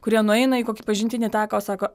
kurie nueina į kokį pažintinį taką o sako